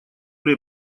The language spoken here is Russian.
при